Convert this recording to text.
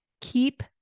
keep